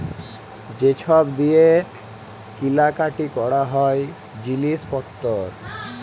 যে ছব দিঁয়ে কিলা কাটি ক্যরা হ্যয় জিলিস পত্তর